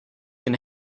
can